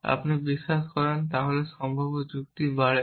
এবং আপনি বিশ্বাস করেন তাহলে সম্ভাব্য যুক্তি বাড়ে